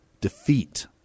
Defeat